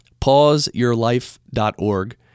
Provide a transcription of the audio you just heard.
Pauseyourlife.org